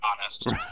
honest